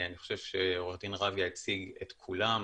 אני חושב שעורך דין רביה הציג את כולם.